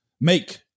make